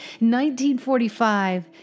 1945